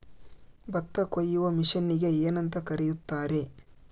ಭತ್ತ ಕೊಯ್ಯುವ ಮಿಷನ್ನಿಗೆ ಏನಂತ ಕರೆಯುತ್ತಾರೆ?